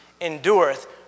endureth